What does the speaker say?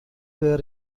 were